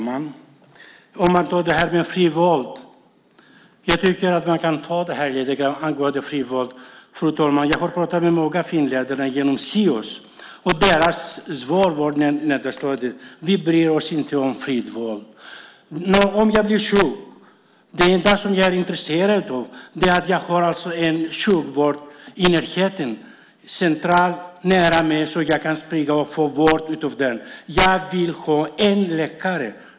Fru talman! Jag vill ta upp det här med fritt val. Jag har pratat med många finländare genom Sios, och deras svar var: Vi bryr oss inte om fritt val. Om jag blir sjuk är det enda jag är intresserad av att jag har en sjukvårdsinrättning centralt, nära mig, så att jag kan få vård av den. Jag vill ha en läkare.